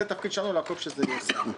זה התפקיד שלנו לעקוב שזה ייושם.